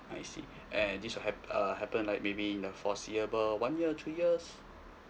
I see and this will hap~ err happen like maybe in the foreseeable one year or two years